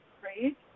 great